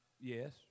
Yes